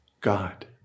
God